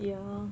ya